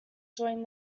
joined